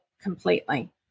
completely